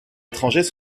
étrangers